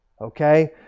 okay